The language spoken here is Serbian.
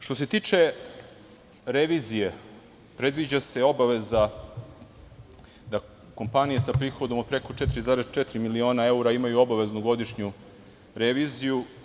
Što se tiče revizije, predviđa se obaveza da kompanije sa prihodom od preko 4,4 miliona evra imaju obaveznu godišnju reviziju.